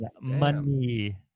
money